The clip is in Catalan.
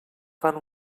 fan